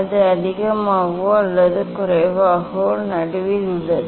அது அதிகமாகவோ அல்லது குறைவாகவோ நடுவில் உள்ளது